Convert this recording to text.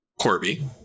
Corby